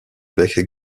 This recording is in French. bec